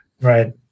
Right